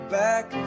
back